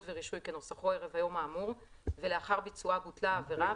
ורישוי) כנוסחו ערב היום האמור ולאחר ביצועה בוטלה העבירה,